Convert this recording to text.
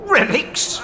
Relics